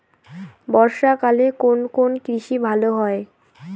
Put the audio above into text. বর্ষা কালে কোন কোন কৃষি ভালো হয়?